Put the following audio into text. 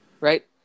Right